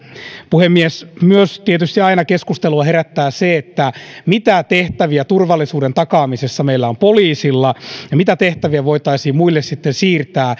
puhemies myös tietysti keskustelua herättää aina se mitä tehtäviä turvallisuuden takaamisessa meillä on poliisilla ja mitä tehtäviä voitaisiin muille siirtää